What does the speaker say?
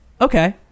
okay